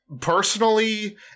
personally